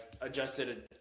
adjusted